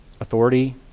Authority